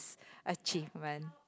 achievement